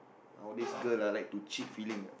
nowadays girl ah like to cheat feeling ah